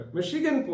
Michigan